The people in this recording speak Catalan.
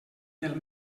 del